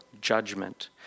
judgment